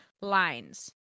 lines